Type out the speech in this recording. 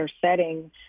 setting